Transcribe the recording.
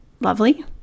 lovely